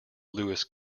lewis